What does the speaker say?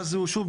שוב,